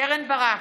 קרן ברק,